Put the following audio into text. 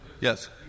Yes